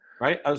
Right